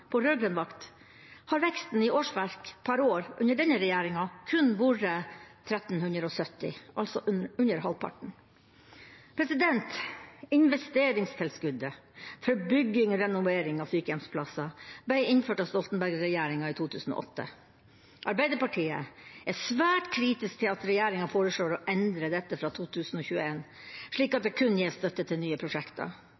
på rød-grønn vakt, har veksten i årsverk per år under denne regjeringa kun vært 1 370, altså under halvparten. Investeringstilskuddet for bygging og renovering av sykehjemsplasser ble innført av Stoltenberg-regjeringa i 2008. Arbeiderpartiet er svært kritisk til at regjeringa foreslår å endre dette fra 2021, slik at